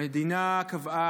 המדינה קבעה,